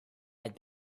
had